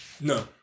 No